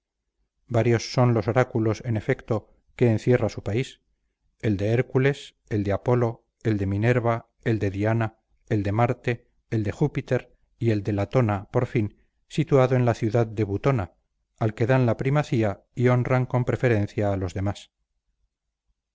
varios son los oráculos en efecto que encierra su país el de hércules el de apolo el de minerva el de diana el de marte el de júpiter y el de latona por fin situado en la ciudad de butona al que dan la primacía y honran con preferencia a los demás